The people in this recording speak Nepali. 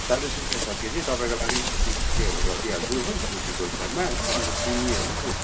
चालिस रुपियाँ छ केजी तपाईँको लागि तिस रुपियाँहरू गरिदिहालछु हो केजीको हिसाबमा हो अन्त सिमीहरू